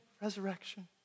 resurrection